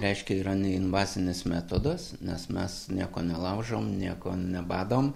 reiškia yra neinvazinis metodas nes mes nieko nelaužom nieko nebadom